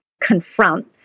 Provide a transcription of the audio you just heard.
confront